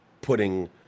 putting